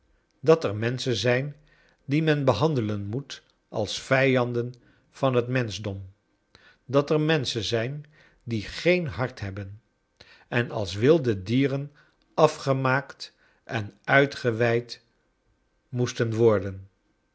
dat er menschen zijn die men behandelen moet als vijanden van het menschendom dat er menschen zijn die geen hart hebben en als wilde dieren afgemaakt en uitgeweid moesten worden